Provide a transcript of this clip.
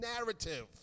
narrative